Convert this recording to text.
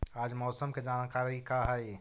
आज मौसम के जानकारी का हई?